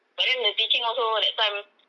but then the teaching also that time